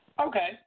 Okay